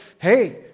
hey